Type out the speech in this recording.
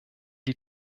die